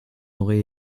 aurait